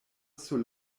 sur